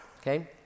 Okay